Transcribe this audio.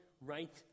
right